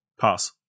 Pass